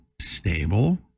stable